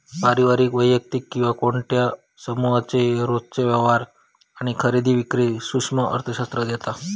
पारिवारिक, वैयक्तिक किंवा कोणत्या समुहाचे रोजचे व्यवहार आणि खरेदी विक्री सूक्ष्म अर्थशास्त्रात येता